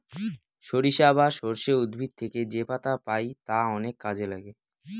সরিষা বা সর্ষে উদ্ভিদ থেকে যেপাতা পাই তা অনেক কাজে লাগে